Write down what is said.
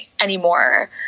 anymore